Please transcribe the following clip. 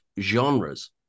genres